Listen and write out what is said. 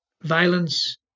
violence